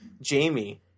Jamie